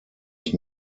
ich